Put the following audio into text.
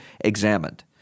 examined